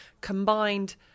combined